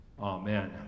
Amen